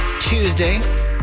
Tuesday